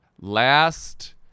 Last